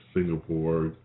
Singapore